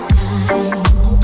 Time